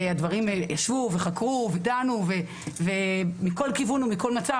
שהדברים ישבו וחקרו ודנו ומכל כיוון ומכל מצב,